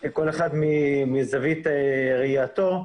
וכל אחד מזווית ראייתו.